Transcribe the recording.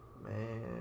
man